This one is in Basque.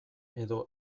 edo